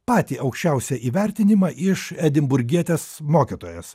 patį aukščiausią įvertinimą iš edinburgietės mokytojos